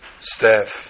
staff